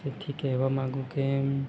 તેથી કહેવા માંગુ કે એમ